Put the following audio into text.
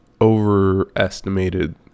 overestimated